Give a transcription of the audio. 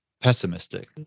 pessimistic